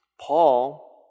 Paul